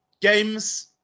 games